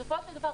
בסופו של דבר,